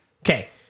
Okay